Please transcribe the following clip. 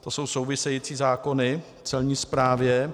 To jsou související zákony k celní správě.